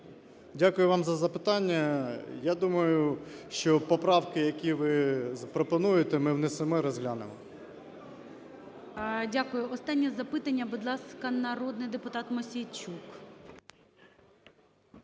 Дякую вам за запитання. Я думаю, що поправки, які ви пропонуєте, ми внесемо і розглянемо. ГОЛОВУЮЧИЙ. Дякую. Останнє запитання. Будь ласка, народний депутат Мосійчук.